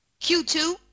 Q2